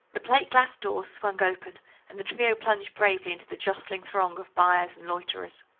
the plate-glass doors swung open and the trio plunged bravely into the jostling throng of buyers and loiterers.